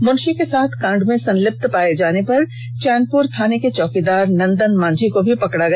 मुंशी के साथ कांड में संलिप्त पाए जाने पर चौनपुर थाना के चौकीदार नंदन मांझी को भी पकड़ा गया